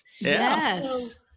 Yes